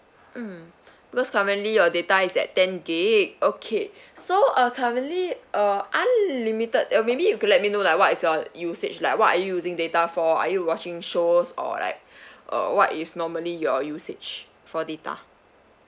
mm because currently your data is at ten gig okay so uh currently uh unlimited uh maybe you could let me know like what is your usage like what are you using data for are you watching shows or like uh what is normally your usage for data